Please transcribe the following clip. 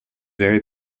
very